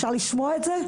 אפשר לשמוע את זה?